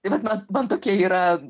tai vat man man tokia yra